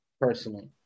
personally